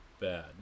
Bad